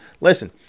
Listen